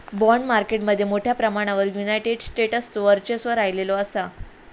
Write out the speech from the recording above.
bond market मध्ये मोठ्या प्रमाणावर युनायटेड स्टेट्सचो वर्चस्व राहिलेलो असा